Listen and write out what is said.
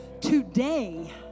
today